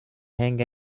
hang